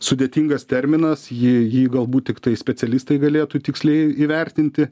sudėtingas terminas jį jį galbūt tiktai specialistai galėtų tiksliai įvertinti